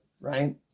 right